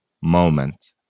moment